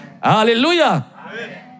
Hallelujah